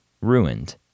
ruined